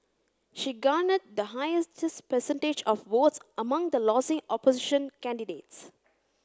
she garnered the highest percentage of votes among the losing opposition candidates